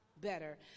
better